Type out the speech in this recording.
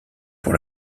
pour